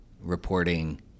reporting